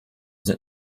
sind